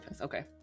okay